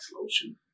lotion